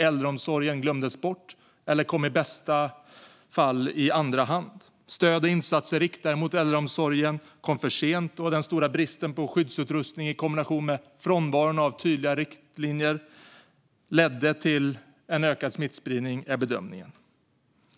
Äldreomsorgen glömdes bort eller kom i bästa fall i andra hand. Stöd och insatser riktade mot äldreomsorgen kom för sent, och den stora bristen på skyddsutrustning i kombination med frånvaron av tydliga riktlinjer ledde till en ökad smittspridning, är bedömningen.